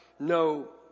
No